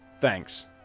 Thanks